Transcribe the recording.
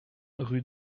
rue